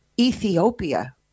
Ethiopia